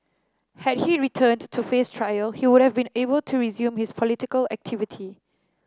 had he returned to face trial he would have been able to resume his political activity